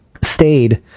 stayed